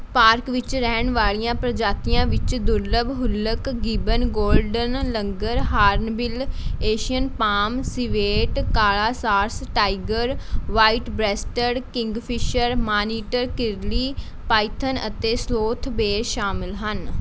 park ਵਿੱਚ ਰਹਿਣ ਵਾਲ਼ੀਆਂ ਪ੍ਰਜਾਤੀਆਂ ਵਿੱਚ ਦੁਰਲੱਭ ਹੂਲਕ ਗਿਬਨ ਗੋਲਡਨ ਅੰਕਰ ਹਾਰਨਬਿਲ ਏਸ਼ੀਅਨ ਪਾਮ ਸਿਵੇਟ ਕਾਲ਼ਾ ਸਾਰਸ tiger white breasted kingfisher monitor ਕਿਰਲੀ ਪਾਇਥਨ ਅਤੇ ਸਲੋਥ ਬੀਅਰ ਸ਼ਾਮਲ ਹਨ